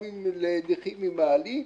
גם לנכים עם מעלית,